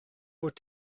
wyt